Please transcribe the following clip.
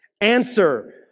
Answer